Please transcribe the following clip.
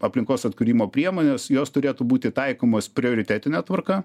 aplinkos atkūrimo priemonės jos turėtų būti taikomos prioritetine tvarka